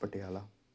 Patiala